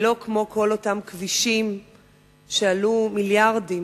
ולא כמו כל אותם כבישים שעלו מיליארדים